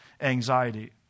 anxiety